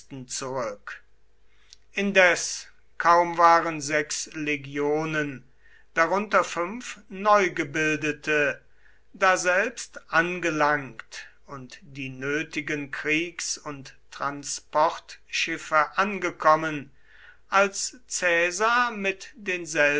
zurück indes kaum waren sechs legionen darunter fünf neu gebildete daselbst angelangt und die nötigen kriegs und transportschiffe angekommen als caesar mit